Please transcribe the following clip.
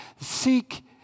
Seek